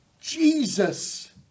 Jesus